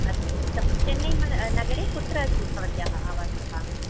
अस्तु उत्तमं चेन्नै नगरे कुत्र अस्ति भवत्याः आवासः